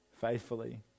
faithfully